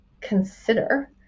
consider